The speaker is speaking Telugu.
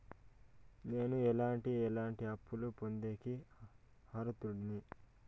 నేను ఎట్లాంటి ఎట్లాంటి అప్పులు పొందేకి అర్హుడిని?